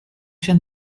się